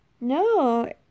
No